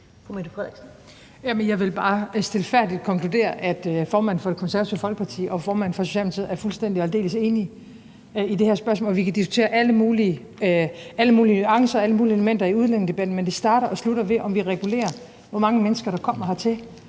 jeg vil bare stilfærdigt konkludere, at formanden for Det Konservative Folkeparti og formanden for Socialdemokratiet er fuldstændig og aldeles enige i det her spørgsmål. Vi kan diskutere alle mulige nuancer og alle mulige elementer i udlændingedebatten, men det starter og slutter med, om vi regulerer, hvor mange mennesker der kommer hertil.